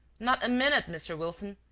not a minute, mr. wilson,